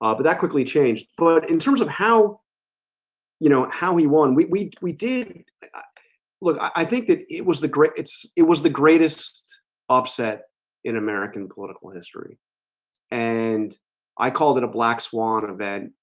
ah but that quickly changed but in terms of how you know how he won we we did look, i think that it was the grits. it was the greatest upset in american political history and i called it a black swan and event,